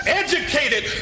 educated